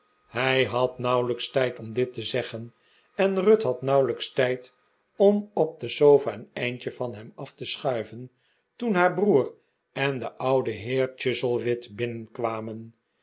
hij had nauwelijks tijd om dit te zeggen en ruth had nauwelijks tijd om op de sofa een eindje van hem af te schuiven toen haar broer en de oude heer chuzzlewit binnenkwamen